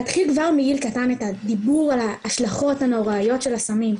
להתחיל כבר מגיל קטן את הדיבור על ההשלכות הנוראיות של הסמים.